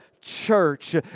church